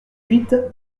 huit